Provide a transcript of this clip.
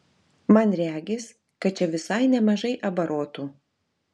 man regis kad čia visai nemažai abarotų